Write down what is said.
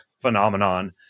phenomenon